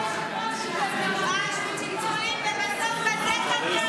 אתם הצבעתם נגד.